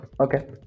Okay